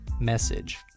message